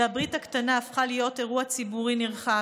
והברית הקטנה הפכה להיות אירוע ציבורי נרחב.